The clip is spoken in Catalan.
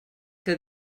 que